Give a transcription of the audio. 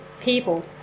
people